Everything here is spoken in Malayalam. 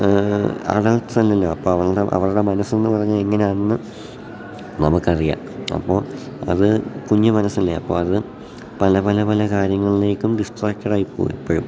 അഡൽറ്റ്സ് അല്ലല്ലോ അപ്പം അവരുടെ അവരുടെ മനസ്സെന്നു പറഞ്ഞാൽ എങ്ങനെയാണെന്ന് നമുക്കറിയാം അപ്പോൾ അത് കുഞ്ഞു മനസ്സല്ലേ അപ്പം അത് പല പല പല കാര്യങ്ങളിലേക്കും ഡിസ്ട്രാക്റ്റഡായി പോകും എപ്പോഴും